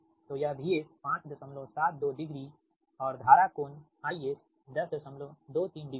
तो यह VS 572 degree और धारा कोण IS 1023 डिग्री है